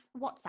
WhatsApp